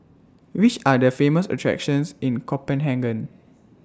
Which Are The Famous attractions in Copenhagen